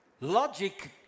Logic